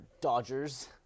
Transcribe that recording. Dodgers